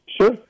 Sure